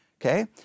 Okay